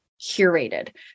curated